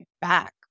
back